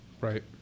right